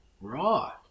Right